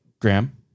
Graham